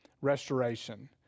restoration